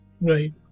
Right